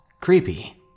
creepy